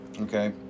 okay